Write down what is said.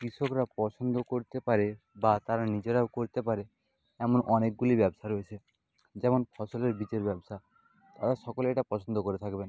কৃষকরা পছন্দ করতে পারে বা তারা নিজেরাও করতে পারে এমন অনেকগুলি ব্যবসা রয়েছে যেমন ফসলের বীচের ব্যবসা তারা সকলে এটা পছন্দ করে থাকবেন